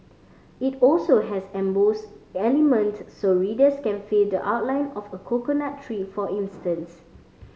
it also has emboss element so readers can feeled outline of a coconut tree for instance